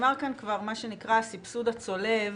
שנאמר כאן כבר מה שנקרא הסבסוד הצולב